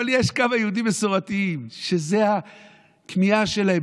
אבל יש כמה יהודים מסורתיים שזו הכמיהה שלהם,